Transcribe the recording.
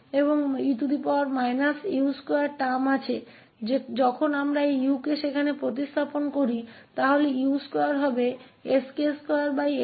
तो हमारे पास ks और e u2 टर्म k है जब हम इसे u से प्रतिस्थापित करते हैं तो u2 sk2x2बन जाएगा